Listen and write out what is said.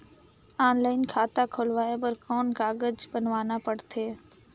Online खाता खुलवाय बर कौन कागज बनवाना पड़थे?